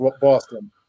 Boston